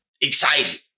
excited